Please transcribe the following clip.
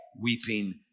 weeping